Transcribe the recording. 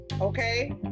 Okay